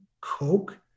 Coke